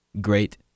great